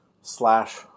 slash